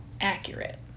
accurate